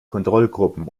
kontrollgruppen